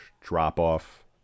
drop-off